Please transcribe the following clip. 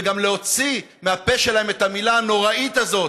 וגם להוציא מהפה שלהן את המילה הנוראית הזאת,